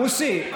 מוסי,